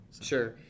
Sure